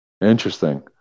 Interesting